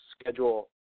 schedule